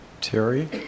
Terry